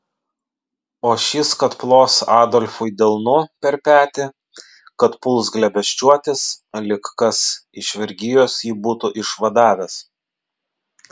o šis kad plos adolfui delnu per petį kad puls glėbesčiuotis lyg kas iš vergijos jį būti išvadavęs